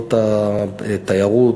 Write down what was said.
במקצועות התיירות,